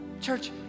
Church